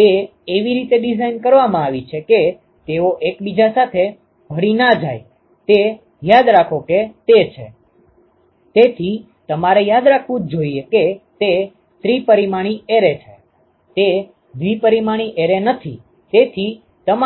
તે એવી રીતે ડિઝાઇન કરવામાં આવી છે કે તેઓ એકબીજા સાથે ભળી ન જાય તે યાદ રાખો કે તે છે તેથી તમારે યાદ રાખવું જ જોઇએ કે તે ત્રિ પરિમાણીય એરે છે તે દ્વિ પરિમાણીય એરે નથી